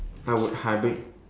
I would hybrid